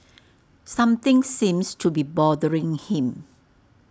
something seems to be bothering him